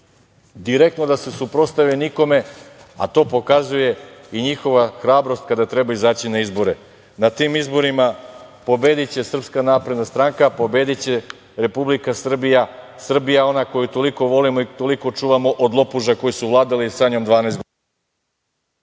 direktno da se suprotstave nikome, a to pokazuje i njihova hrabrost kada treba izaći na izbore. Na tim izborima pobediće SNS, pobediće Republika Srbija. Srbija ona koju toliko volimo i koju toliko čuvamo od lopuža koji su vladali njome 12 godina.